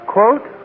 Quote